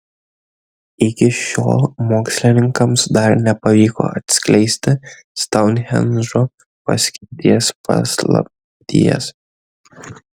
iki šiol mokslininkams dar nepavyko atskleisti stounhendžo paskirties paslapties